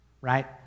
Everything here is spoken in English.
right